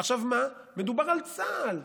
עכשיו מה, מדובר על צה"ל,